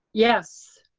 yes.